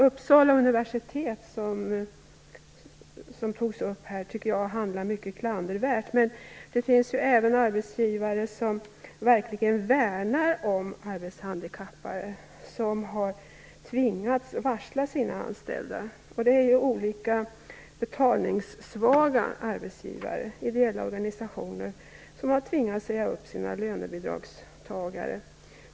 Uppsala universitet, som togs upp här nyss, tycker jag har handlat mycket klandervärt. Men det finns ju även arbetsgivare som verkligen värnar om arbetshandikappade men som har tvingats varsla sina anställda. Det gäller olika betalningssvaga arbetsgivare, t.ex. ideella organisationer såsom handikappförbunden, som har tvingats säga upp sina lönebidragstagare.